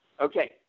Okay